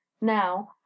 Now